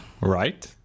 right